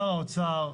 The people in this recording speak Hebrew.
שר האוצר,